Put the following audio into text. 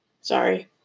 Sorry